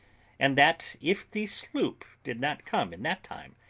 and that, if the sloop did not come in that time,